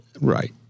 Right